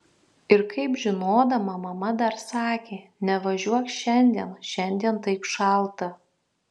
ir kaip žinodama mama dar sakė nevažiuok šiandien šiandien taip šalta